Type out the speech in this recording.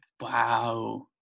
wow